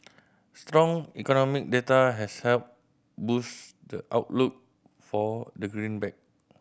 strong economic data has helped boost the outlook for the greenback